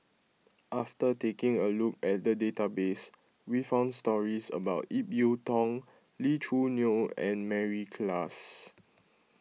after taking a look at the database we found stories about Ip Yiu Tung Lee Choo Neo and Mary Klass